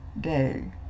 day